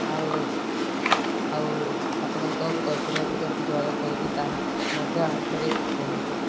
ଆଉ ଆଉ ଆପଣଙ୍କ କଷ୍ଟମର୍କୁ କେମିତି ଯୋଗାଯୋଗ କରିବି ତାହା ମଧ୍ୟ ଆଉ ଥରେ କୁହନ୍ତୁ